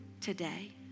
today